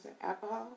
alcohol